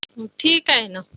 ठीक आहे ना